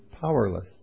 powerless